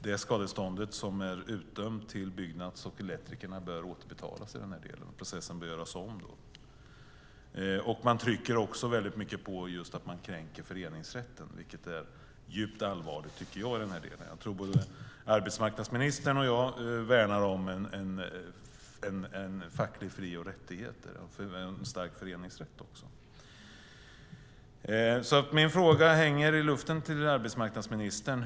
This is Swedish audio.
Det skadestånd som dömts ut till Byggnads och till elektrikerna bör återbetalas, och processen bör göras om. Man trycker också mycket på att det är en kränkning av föreningsrätten, vilket är djupt allvarligt. Jag tror att både arbetsmarknadsministern och jag värnar om fackliga fri och rättigheter liksom om en stark föreningsrätt Min fråga till arbetsmarknadsministern hänger i luften.